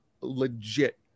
legit